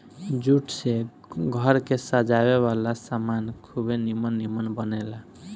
jute से घर के सजावे वाला सामान खुबे निमन निमन बनेला